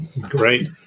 Great